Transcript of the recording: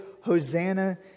Hosanna